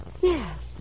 Yes